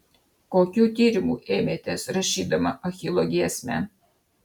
kokių tyrimų ėmėtės rašydama achilo giesmę